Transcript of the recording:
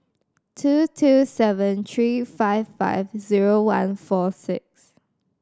two two seven three five five zero one four six